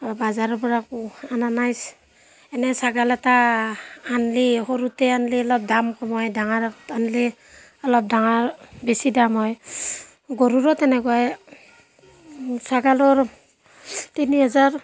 অঁ বজাৰৰপৰা ক' অনা নাই এনে ছাগাল এটা আনিলে সৰুতে আনিলে অলপ দাম কমাই ডাঙৰত আনিলে অলপ ডাঙৰ বেছি দাম হয় গৰুৰো তেনেকুৱাই ছাগালৰ তিনি হাজাৰ